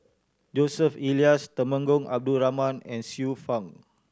Joseph Elias Temenggong Abdul Rahman and Xiu Fang